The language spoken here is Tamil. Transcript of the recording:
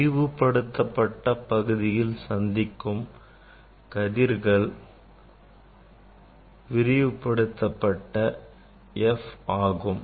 விரிவுபடுத்தப்பட்ட பகுதியில் சந்திக்கும் கதிர்கள் விரிவுபடுத்தப்பட்ட F ஆகும்